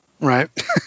Right